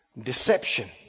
deception